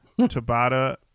Tabata